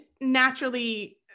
naturally